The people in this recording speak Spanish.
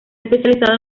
especializado